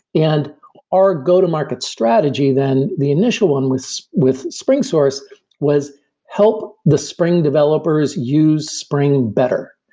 and our go-to-market strategy then, the initial one with with springsource was help the spring developers use spring better.